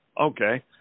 Okay